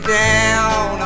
down